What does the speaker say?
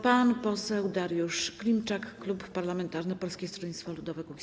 Pan poseł Dariusz Klimczak, klub parlamentarny Polskie Stronnictwo Ludowe - Kukiz15.